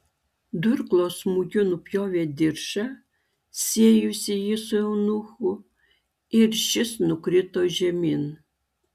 durklo smūgiu nupjovė diržą siejusį jį su eunuchu ir šis nukrito žemyn